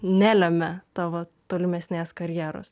nelemia tavo tolimesnės karjeros